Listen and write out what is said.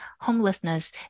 homelessness